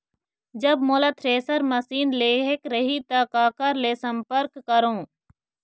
जब मोला thresher machine लेहेक रही ता काकर ले संपर्क करों?